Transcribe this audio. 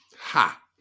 Ha